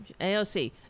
AOC